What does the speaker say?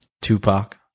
Tupac